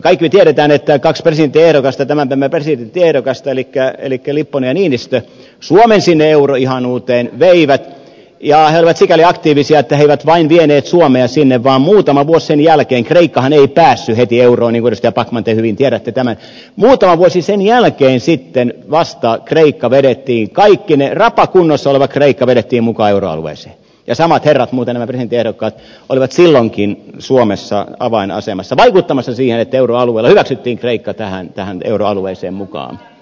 kaikki me tiedämme että kaksi tämän päivän presidenttiehdokasta elikkä lipponen ja niinistö suomen sinne euroihanuuteen veivät ja he olivat sikäli aktiivisia että he eivät vain vieneet suomea sinne vaan muutama vuosi sen jälkeen kreikkahan ei päässyt heti euroon niin kuin edustaja backman te hyvin tiedätte tämän sitten vasta a klinikka vedettiin kahteen eri rapakunnossa oleva kreikka vedettiin mukaan euroalueeseen ja samat herrat muuten nämä presidenttiehdokkaat olivat silloinkin suomessa avainasemassa vaikuttamassa siihen että euroalueella hyväksyttiin kreikka tähän euroalueeseen mukaan